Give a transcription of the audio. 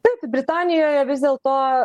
taip britanijoje vis dėl to